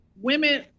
women